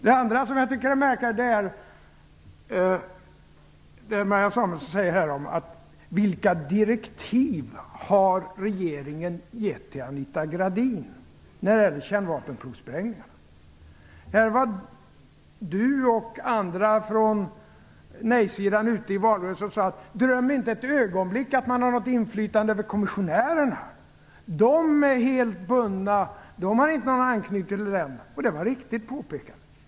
Det andra som jag tycker är märkligt är att Marianne Samuelsson frågar vilka direktiv som regeringen har gett till Anita Gradin när det gäller kärnvapenprovsprängningarna. Marianne Samuelsson och andra från nej-sidan var ute i valrörelsen och sade: Tro inte ett ögonblick att man har något inflytande över kommissionärerna. De är helt bundna och har inte någon anknytning till detta. Det var ett helt riktigt påpekande.